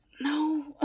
No